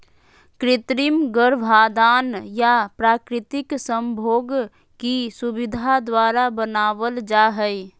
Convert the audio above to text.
कृत्रिम गर्भाधान या प्राकृतिक संभोग की सुविधा द्वारा बनाबल जा हइ